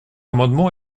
amendement